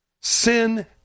Sin